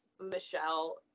Michelle